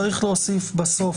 צריך להוסיף בסוף,